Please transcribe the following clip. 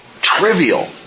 Trivial